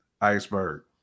Iceberg